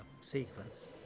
sequence